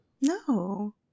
No